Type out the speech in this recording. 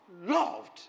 loved